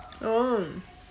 oh um